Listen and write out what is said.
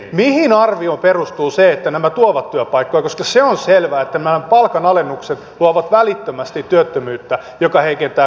mihin arvioon perustuu se että nämä tuovat työpaikkoja koska se on selvää että nämä palkanalennukset tuovat välittömästi työttömyyttä joka heikentää kotimarkkinoita ja